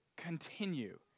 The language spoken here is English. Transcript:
continue